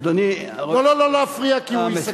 כי מחר הכנסת, לא, לא, לא להפריע, כי הוא יסכם.